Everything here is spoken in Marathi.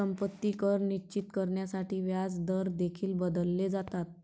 संपत्ती कर निश्चित करण्यासाठी व्याजदर देखील बदलले जातात